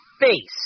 face